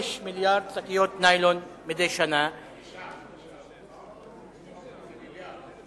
אני חושב שההסבר של השר דווקא מחזק את עצם הצורך לתמוך בהצעה שלי.